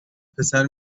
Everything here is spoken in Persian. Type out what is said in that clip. پسر